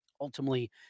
Ultimately